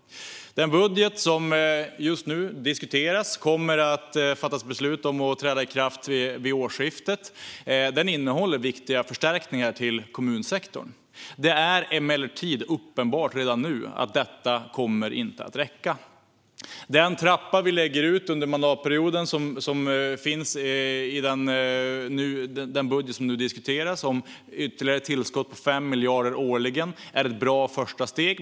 Den budget som just nu diskuteras, som kommer att beslutas och sedan träda i kraft vid årsskiftet, innehåller viktiga förstärkningar till kommunsektorn. Det är emellertid uppenbart redan nu att dessa inte kommer att räcka. Den trappa vi lägger ut i budgeten, som nu diskuteras, om ytterligare tillskott på 5 miljarder årligen under mandatperioden är ett bra första steg.